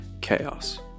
Chaos